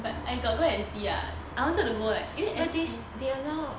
but I got go and see ah I wanted to go like you know S_P